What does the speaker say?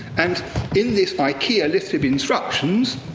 and in this ikea list of instructions,